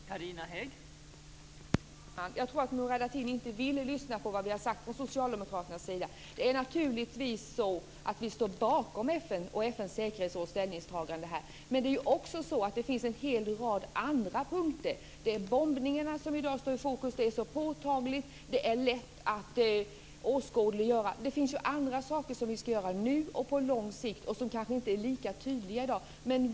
Fru talman! Jag tror att Murad Artin inte vill lyssna till vad vi har sagt från socialdemokraternas sida. Naturligtvis står vi bakom FN:s och dess säkerhetsråds ställningstagande här. Men det finns också en hel rad andra punkter. Det är bombningarna som i dag står i fokus. Det är påtagligt och lätt att åskådliggöra. Men det finns andra saker som vi ska göra nu och på lång sikt och som kanske inte är lika tydliga i dag.